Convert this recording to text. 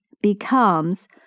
Becomes